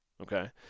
Okay